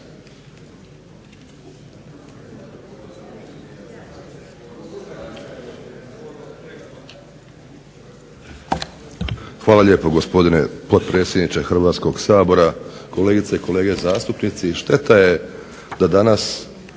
Hvala lijepo gospodine potpredsjedniče Hrvatskog sabora, kolegice i kolege zastupnici. Šteta je da danas